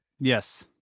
Yes